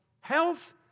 health